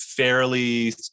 Fairly